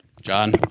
John